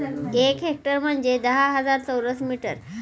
एक हेक्टर म्हणजे दहा हजार चौरस मीटर